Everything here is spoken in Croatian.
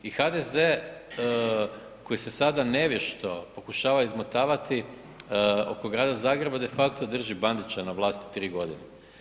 I HDZ koji se sada nevješto pokušava izmotavati oko grada Zagreba, de facto drži Bandića na vlasti 3 godine.